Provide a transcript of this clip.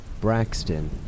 Braxton